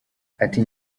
ati